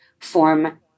form